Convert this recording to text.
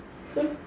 he